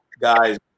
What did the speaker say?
guys